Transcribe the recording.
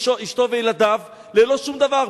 מאשתו וילדיו ללא שום דבר.